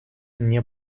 мне